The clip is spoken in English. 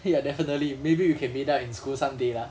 ya definitely maybe we can meet up in school someday lah